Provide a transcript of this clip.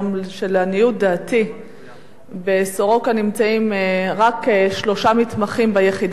הוא שב"סורוקה" נמצאים רק שלושה מתמחים ביחידה הזאת.